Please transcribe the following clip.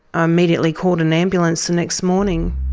i immediately called an ambulance the next morning.